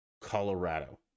colorado